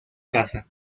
casa